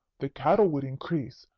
the cattle would increase,